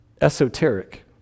esoteric